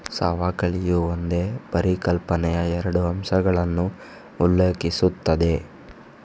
ಸವಕಳಿಯು ಒಂದೇ ಪರಿಕಲ್ಪನೆಯ ಎರಡು ಅಂಶಗಳನ್ನು ಉಲ್ಲೇಖಿಸುತ್ತದೆ